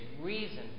reason